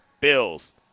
Bills